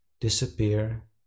disappear